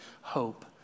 hope